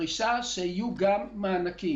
ולדרישה שיהיו גם מענקים.